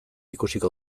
ikusiko